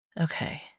Okay